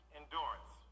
endurance